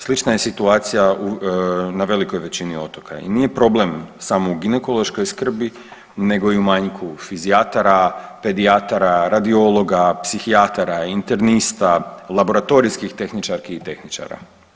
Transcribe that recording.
Slična je situacija na velikoj većini otoka i nije problem samo u ginekološkoj skrbi, nego i u manjku fizijatara, pedijatara, radiologa, psihijatara, internista, laboratorijskih tehničarki i tehničara.